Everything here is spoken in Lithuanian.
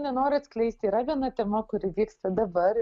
nenoriu atskleisti yra viena tema kuri vyksta dabar